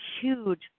huge